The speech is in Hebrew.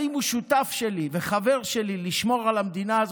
האם הוא שותף שלי וחבר שלי לשמור על המדינה הזאת?